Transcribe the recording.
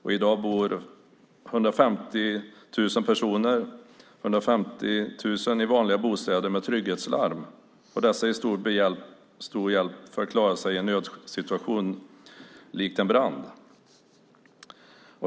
I dag bor 150 000 personer i vanliga bostäder med trygghetslarm som är till stor hjälp för att man ska klara sig i en nödsituation, såsom vid brand.